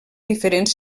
diferents